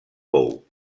pou